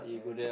yeah